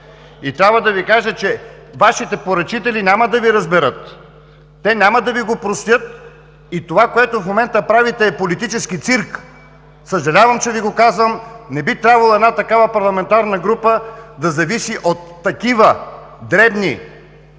Трябва да Ви кажа, че Вашите поръчители няма да Ви разберат. Те няма да Ви го простят! Това, което в момента правите, е политически цирк! Съжалявам, че Ви го казвам. Не би трябвало една такава парламентарна група да зависи от такива дребни закачки,